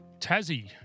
Tassie